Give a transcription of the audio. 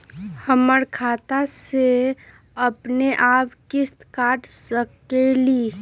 हमर खाता से अपनेआप किस्त काट सकेली?